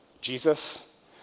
Jesus